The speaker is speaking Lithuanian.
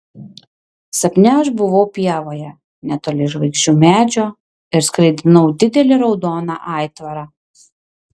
sapne aš buvau pievoje netoli žvaigždžių medžio ir skraidinau didelį raudoną aitvarą